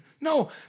No